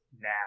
now